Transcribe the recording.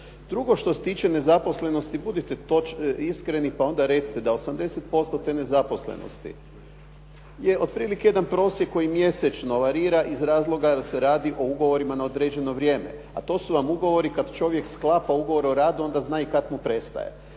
Drugo, što se tiče nezaposlenosti, budite iskreni pa onda recite da 80% te nezaposlenosti je otprilike jedan prosjek koji mjesečno varira iz razloga jer se radi u ugovorima na određeno vrijeme. A to su vam ugovori kada čovjek sklapa ugovor o radu, onda zna i kada mu prestaje.